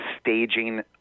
staging